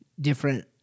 different